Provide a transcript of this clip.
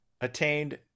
attained